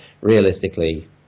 realistically